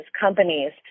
companies